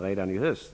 kan tillskapas redan i höst.